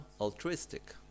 altruistic